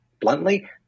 bluntly